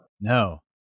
No